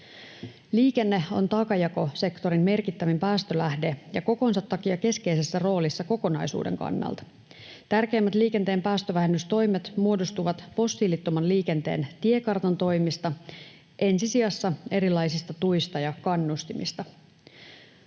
Liikenne on taakanjakosektorin merkittävin päästölähde ja kokonsa takia keskeisessä roolissa kokonaisuuden kannalta. Tärkeimmät liikenteen päästövähennystoimet muodostuvat fossiilittoman liikenteen tiekartan toimista, ensi sijassa erilaisista tuista ja kannustimista.